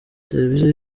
televiziyo